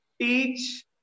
teach